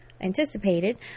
anticipated